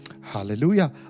Hallelujah